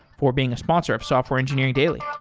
for being a sponsor of software engineering daily yeah